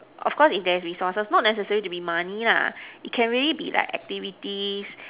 of course if there's resources not necessarily to be money lah it can really be like activities